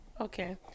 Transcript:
Okay